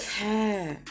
care